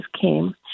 came